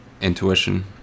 intuition